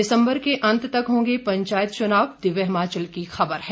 दिसम्बर के अंत तक होंगे पंचायत चुनाव दिव्य हिमाचल की खबर है